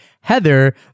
Heather